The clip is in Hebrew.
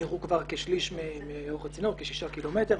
נערכו כבר כשליש מאורך הצינור, כשישה קילומטרים.